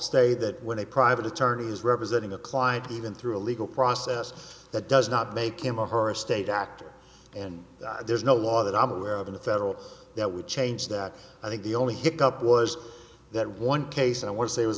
stay that when a private attorney who's representing a client even through a legal process that does not make him or her a state actor and there's no law that i'm aware of in the federal that would change that i think the only hit up was that one case i want to say